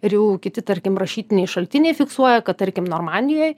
ir jau kiti tarkim rašytiniai šaltiniai fiksuoja kad tarkim normandijoj